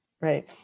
right